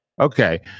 Okay